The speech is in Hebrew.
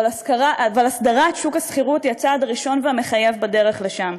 אבל הסדרת שוק השכירות היא הצעד הראשון והמחייב בדרך לשם,